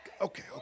okay